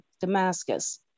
Damascus